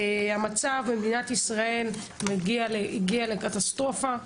המצב במדינת ישראל הגיע לקטסטרופה.